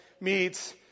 meets